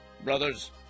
Brothers